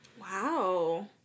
Wow